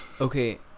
okay